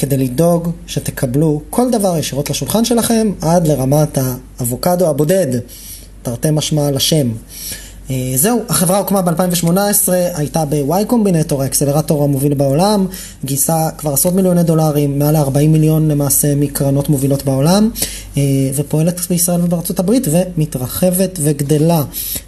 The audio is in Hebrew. כדי לדאוג שתקבלו כל דבר ישירות לשולחן שלכם עד לרמת האבוקדו הבודד, תרתי משמע לשם. זהו, החברה הוקמה ב-2018, הייתה בוואי קומבינטור, האקסלרטור המוביל בעולם, גייסה כבר עשרות מיליוני דולרים, מעל ל40 מיליון למעשה מקרנות מובילות בעולם, ופועלת בישראל ובארצות הברית, ומתרחבת וגדלה,